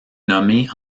nommée